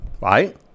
right